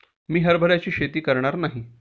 मी हरभऱ्याची शेती करणार नाही